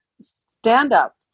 stand-up